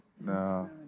No